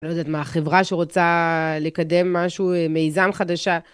לא יודעת מה, חברה שרוצה לקדם משהו, מיזם חדשה.